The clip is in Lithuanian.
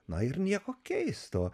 na ir nieko keisto